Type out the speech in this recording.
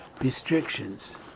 restrictions